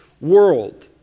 world